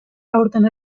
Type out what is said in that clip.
aurten